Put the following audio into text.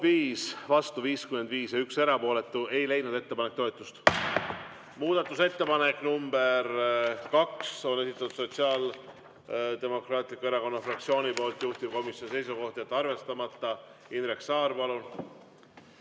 vastu 55 ja 1 erapooletu. Ei leidnud ettepanek toetust. Muudatusettepanek nr 2, esitatud Sotsiaaldemokraatliku Erakonna fraktsiooni poolt, juhtivkomisjoni seisukoht: jätta arvestamata. Indrek Saar,